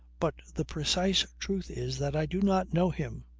but the precise truth is that i do not know him.